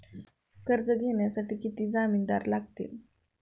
कर्ज घेण्यासाठी किती जामिनदार लागतील?